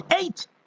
eight